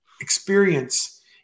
experience